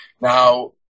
Now